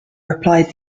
replied